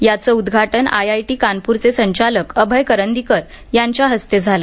याचं उद्घाटन I I T Kanpur चे संचालक अभय करंदीकर यांच्या हस्ते झालं